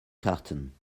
karten